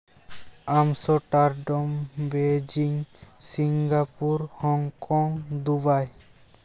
ᱟᱢᱥᱚᱨᱴᱟᱨᱰᱚᱝ Beijing Singapore Hong Kong Dubai